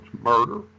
murder